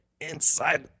inside